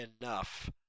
enough